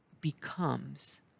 becomes